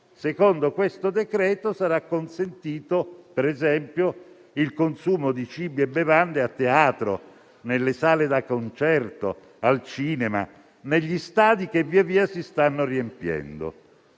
in esame, sarà consentito per esempio il consumo di cibi e bevande a teatro, nelle sale da concerto, al cinema, negli stadi che via via si stanno riempiendo.